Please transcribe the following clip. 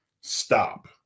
stop